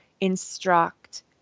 instruct